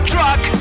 Truck